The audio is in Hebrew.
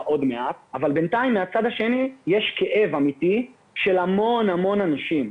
עוד מעט אבל בינתיים מהצד השני יש כאב אמיתי של המון אנשים.